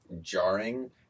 jarring